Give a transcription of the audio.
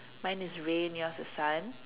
mine is rain yours is sun